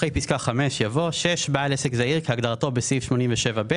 אחרי פסקה (5) יבוא: "(6) בעל עסק זעיר כהגדרתו בסעיף 87ב."